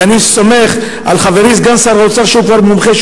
ואני סומך על חברי סגן שר האוצר שהוא כבר מומחה,